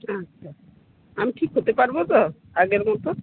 আচ্ছা আমি ঠিক হতে পারবো তো আগের মতো